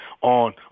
on